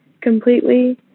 completely